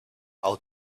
i’ll